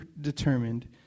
determined